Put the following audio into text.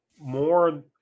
more